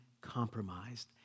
compromised